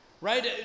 Right